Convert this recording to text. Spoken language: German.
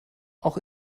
auch